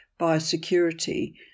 Biosecurity